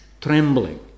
trembling